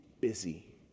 busy